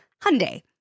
Hyundai